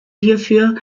hierfür